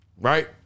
Right